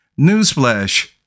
Newsflash